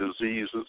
diseases